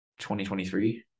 2023